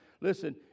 Listen